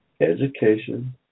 Education